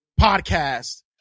podcast